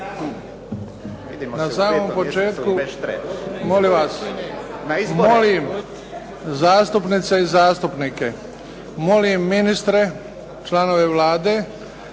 (HDZ)** Hvala lijepa. Molim zastupnice i zastupnike, molim ministre, članove Vlade